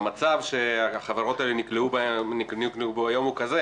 והמצב שהחברות האלה נקלעו אליו היום הוא כזה